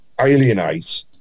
alienate